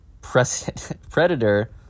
predator